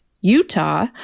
Utah